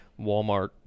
walmart